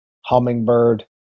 hummingbird